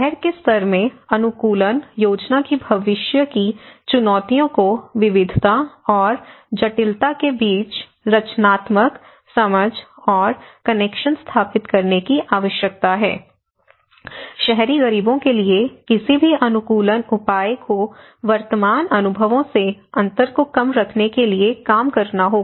शहर के स्तर में अनुकूलन योजना की भविष्य की चुनौतियों को विविधता और जटिलता के बीच रचनात्मक समझ और कनेक्शन स्थापित करने की आवश्यकता है शहरी गरीबों के लिए किसी भी अनुकूलन उपाय को वर्तमान अनुभवों से अंतर को कम करने के लिए काम करना होगा